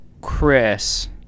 Chris